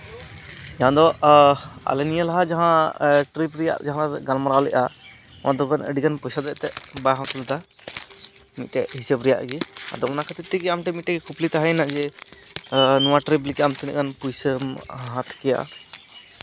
ᱵᱟᱝ ᱫᱚ ᱟᱞᱮ ᱱᱤᱭᱟᱹ ᱞᱟᱦᱟ ᱡᱟᱦᱟᱸ ᱴᱨᱤᱯ ᱨᱮᱭᱟᱜ ᱡᱟᱦᱟᱸ ᱜᱟᱞᱢᱟᱨᱟᱣ ᱞᱮᱫᱼᱟ ᱚᱱᱟᱫᱚ ᱮᱱᱛᱮᱫ ᱟᱹᱰᱤᱜᱟᱱ ᱯᱚᱭᱥᱟ ᱢᱤᱫᱴᱮᱱ ᱦᱤᱥᱟᱹᱵ ᱨᱮᱭᱟᱜ ᱜᱮ ᱟᱫᱚ ᱚᱱᱟ ᱠᱷᱟᱹᱛᱤᱨ ᱛᱮᱜᱮ ᱟᱢ ᱴᱷᱮᱱ ᱢᱤᱫᱴᱮᱡ ᱠᱩᱠᱞᱤ ᱛᱟᱦᱮᱭᱮᱱᱟ ᱡᱮ ᱱᱚᱣᱟ ᱴᱨᱤᱯ ᱞᱮᱠᱷᱟᱱ ᱟᱢ ᱛᱤᱱᱟᱹᱜ ᱜᱟᱱ ᱯᱩᱭᱥᱟᱢ ᱦᱟᱛᱟᱣ ᱠᱮᱭᱟ